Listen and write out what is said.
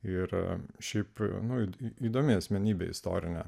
ir šiaip nueiti įdomi asmenybė istorinę